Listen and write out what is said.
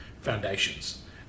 foundations